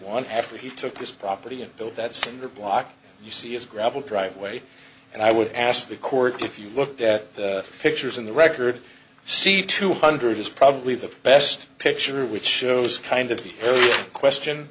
one after he took this property and built that cinder block you see it's gravel driveway and i would ask the court if you looked at the pictures in the record see two hundred is probably the best picture which shows kind of the question